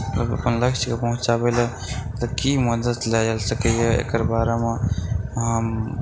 सब अपन लक्ष्य पर पहुँचाबै लऽ तऽ की मदद लए सकैया एकर बारेमे हम